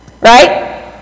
right